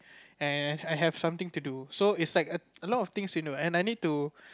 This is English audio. and I have something to do so its like a lot of things you know and I need to